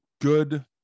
good